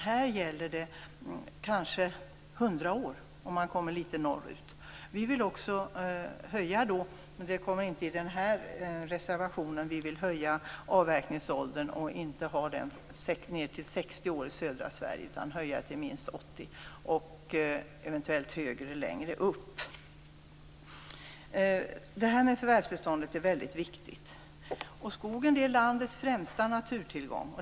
Här gäller det kanske 100 år om man kommer litet norrut. Vi vill också höja avverkningsåldern, fast det kommer inte i den här reservationen. Vi vill inte ha ned den till 60 år i södra Sverige, utan höja den till minst 80 år och eventuellt ha den högre längre upp. Frågan om förvärvstillstånd är mycket viktig. Skogen är landets främsta naturtillgång.